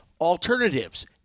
Alternatives